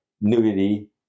nudity